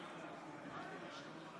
חברי הכנסת,